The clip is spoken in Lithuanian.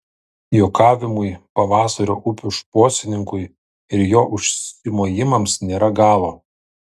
juokavimui pavasario upių šposininkui ir jo užsimojimams nėra galo